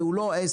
והוא לא עסק.